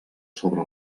sobre